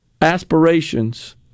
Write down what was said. aspirations